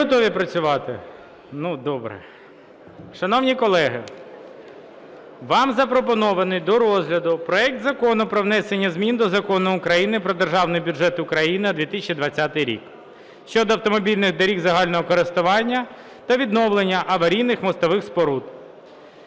готові працювати? Ну, добре. Шановні колеги, вам запропонований до розгляду проект Закону про внесення змін до Закону України "Про Державний бюджет України на 2020 рік" (щодо автомобільних доріг загального користування та відновлення аварійних мостових споруд).